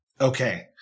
Okay